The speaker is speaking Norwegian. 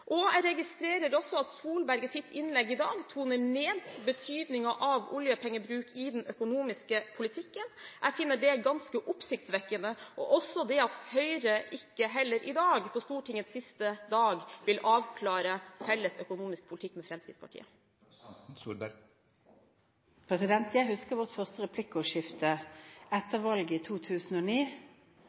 Jeg registrerer også at Solberg i sitt innlegg i dag toner ned betydningen av oljepengebruk i den økonomiske politikken. Jeg finner det ganske oppsiktsvekkende, og også det at Høyre heller ikke i dag, på Stortingets siste dag, vil avklare felles økonomisk politikk med Fremskrittspartiet. Jeg husker vårt første replikkordskifte etter valget i 2009.